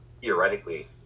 theoretically